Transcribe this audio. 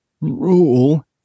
rule